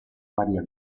maria